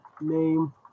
name